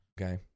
okay